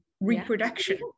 reproduction